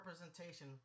representation